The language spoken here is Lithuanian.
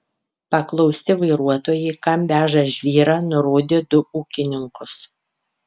paklausti vairuotojai kam veža žvyrą nurodė du ūkininkus